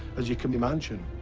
as you can imagine.